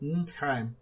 Okay